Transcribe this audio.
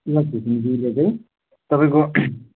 सुवास घिसिङज्यूले चाहिँ तपाईँको